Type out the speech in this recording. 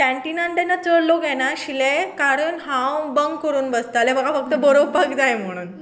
क्रनटिनान तेन्ना चड लोक येना आशिल्ले कारण हांव बंक करुन बसताले म्हाका फक्त बरोवपाक जाय म्हणून